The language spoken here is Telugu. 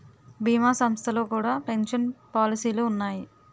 భీమా సంస్థల్లో కూడా పెన్షన్ పాలసీలు ఉన్నాయి